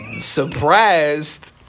Surprised